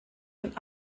von